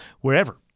wherever